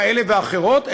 כאלה ואחרות,